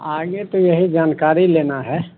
आगे तो यही जानकारी लेनी है